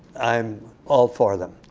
i'm all for them.